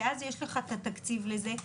כי אז יש לך את התקציב לזה,